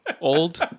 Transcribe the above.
Old